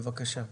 בבקשה.